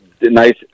nice